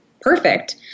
perfect